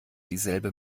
dieselbe